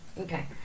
Okay